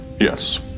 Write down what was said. Yes